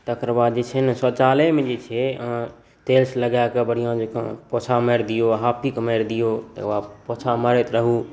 तकर बाद जे छै शौचालयमे जे छै अहाँ टेल्स लगाकए पोछा मारि दियौ हारपिक मारि दियौ तकर बाद पोछा मारैत रहू